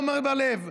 עמר בר לב,